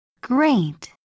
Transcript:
great